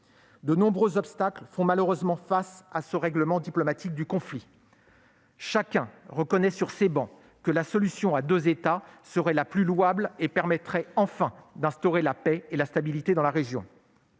De nombreux obstacles empêchent malheureusement ce règlement diplomatique du conflit. Chacun reconnaît sur ces travées que la solution à deux États serait la plus louable et permettrait enfin d'instaurer la paix et la stabilité dans la région.